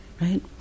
right